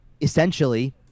essentially